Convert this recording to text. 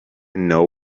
know